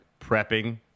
Prepping